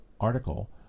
article